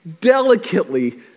delicately